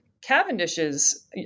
Cavendish's